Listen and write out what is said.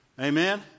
Amen